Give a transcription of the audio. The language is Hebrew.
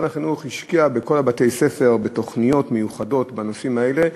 משרד החינוך השקיע בכל בתי-הספר בתוכניות מיוחדות בנושאים האלה,